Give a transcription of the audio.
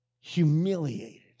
humiliated